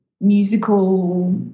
musical